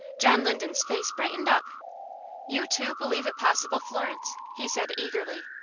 john linden's face brightened up you, too, believe it possible, florence? he said, eagerly.